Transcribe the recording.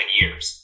years